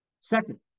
Second